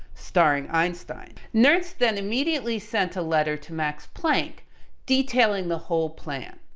starring einstein. nernst then immediately sent a letter to max planck detailing the whole plan.